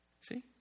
See